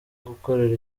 gukorera